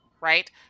right